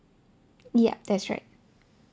ya that's right